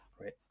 Right